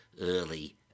early